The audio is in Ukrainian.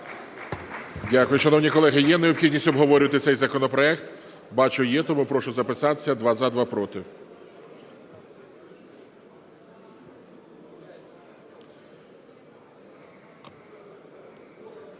Дякую. Шановні колеги, є необхідність обговорювати цей законопроект? Бачу є. Тому прошу записатися: два – за, два – проти.